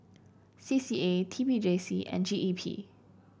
C C A T P J C and G E P